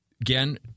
again